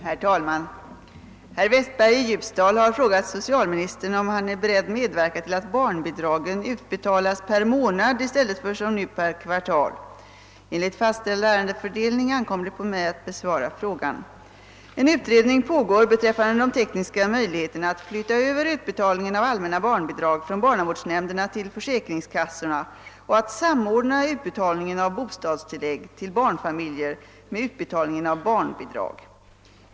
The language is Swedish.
Herr talman! Herr Westberg i Ljusdal har frågat socialministern, om han är beredd medverka till att barnbidragen utbetalas per månad i stället för som nu per kvartal. Enligt fastställd ärendesfördelning ankommer det på mig att besvara frågan. En utredning pågår beträffande de tekniska möjligheterna att flytta över utbetalningen av allmänna barnbidrag från barnavårdsnämnderna till försäkringskassorna och att samordna utbetalningen av bostadstillägg till barnfamiljer med utbetalningen av barnbidrag.